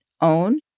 own